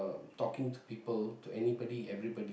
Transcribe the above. talking to people to everybody to anybody